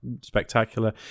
spectacular